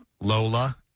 Lola